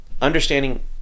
Understanding